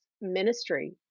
ministry